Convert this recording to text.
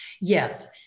Yes